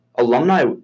Alumni